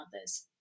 others